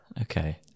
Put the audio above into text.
Okay